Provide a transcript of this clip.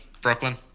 Brooklyn